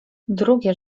drugie